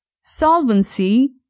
Solvency